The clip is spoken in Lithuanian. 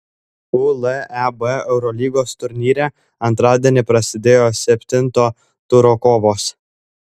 uleb eurolygos turnyre antradienį prasidėjo septinto turo kovos